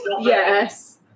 yes